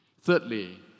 Thirdly